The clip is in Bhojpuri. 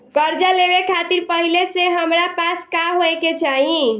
कर्जा लेवे खातिर पहिले से हमरा पास का होए के चाही?